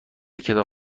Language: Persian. کتاب